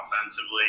offensively